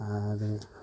आरो